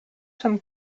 sommes